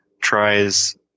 tries